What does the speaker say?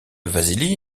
vassili